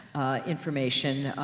information,